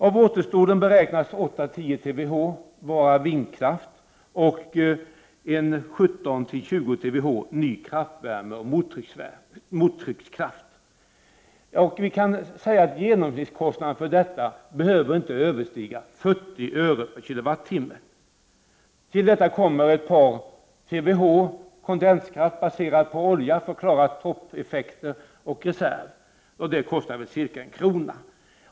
Av återstoden beräknas 8-10 TWh produceras med vindkraft och 17-20 TWh med ny kraftvärme och mottryckskraft. Genomsnittskostnaden för denna produktion behöver inte överstiga 40 öre per kilowattimme. Till detta kommer att ett par TWh el måste produceras med kondenskraft baserad på olja för att klara belastningstoppar och som reserv vid driftstörningar. Det kommer att kosta ca 1 krona per kilowattimme.